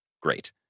great